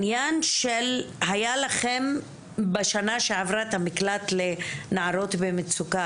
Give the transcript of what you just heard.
היה לכם בשנה שעברה את המקלט לנערות במצוקה,